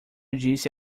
disse